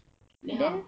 then how